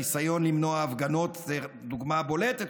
הניסיון למנוע הפגנות זה דוגמה בולטת,